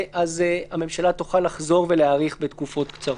הממשלה תוכל לחזור ולהאריך לתקופות קצרות.